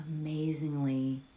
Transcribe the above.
amazingly